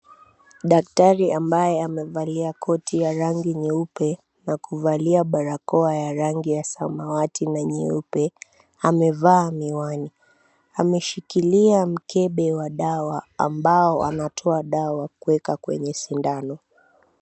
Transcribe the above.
Daktari ambaye amevalia koti ya rangi nyeupe, na kuvalia barakoa ya rangi ya samawati na nyeupe, amevaa miwani. Ameshikilia mkebe wa dawa ambao anatoa dawa kuweka kwenye sindano.